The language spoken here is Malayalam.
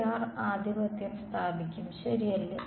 1r ആധിപത്യം സ്ഥാപിക്കും ശരിയല്ലേ